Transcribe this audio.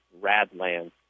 Radland